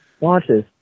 launches